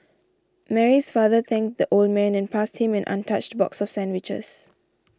Mary's father thanked the old man and passed him an untouched box of sandwiches